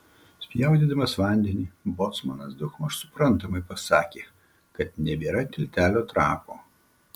spjaudydamas vandenį bocmanas daugmaž suprantamai pasakė kad nebėra tiltelio trapo